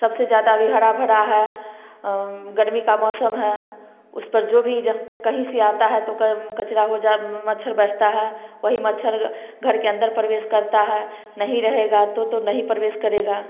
सब से ज्यादा अभी हरा भरा है गर्मी का मौसम है उस पर जो भी जब कही से आता हैं तो कचरा हो जता मच्छर बैठता है वही मच्छर घर के अंदर प्रवेश करता है नहीं रहेगा तो नहीं प्रवेश करेगा